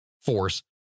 force